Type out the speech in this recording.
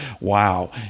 Wow